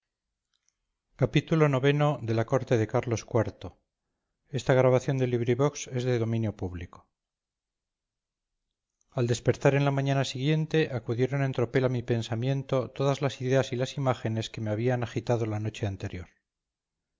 xxvi xxvii xxviii la corte de carlos iv de benito pérez galdós al despertar en la mañana siguiente acudieron en tropel a mi pensamiento todas las ideas y las imágenes que me habían agitado la noche anterior